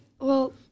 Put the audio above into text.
well-